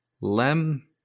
Lem